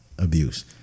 Abuse